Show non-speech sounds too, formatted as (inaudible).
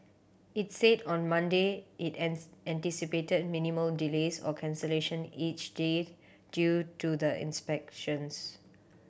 its said on Monday it (unintelligible) anticipated minimal delays or cancellation each day due to the inspections